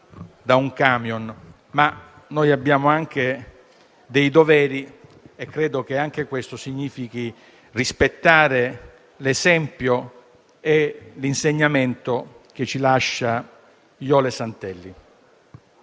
da un camion. Abbiamo però anche dei doveri e credo che anche questo significhi rispettare l'esempio e l'insegnamento che ci lascia Jole Santelli.